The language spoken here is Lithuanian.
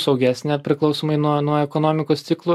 saugesnė priklausomai nuo nuo ekonomikos ciklų